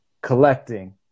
collecting